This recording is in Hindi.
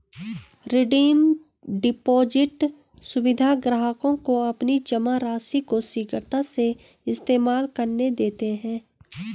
रिडीम डिपॉज़िट सुविधा ग्राहकों को अपनी जमा राशि को शीघ्रता से इस्तेमाल करने देते है